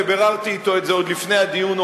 וביררתי אתו את זה עוד לפני הדיון,